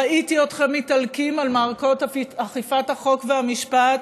ראיתי אתכם מתעלקים על מערכות אכיפת החוק והמשפט,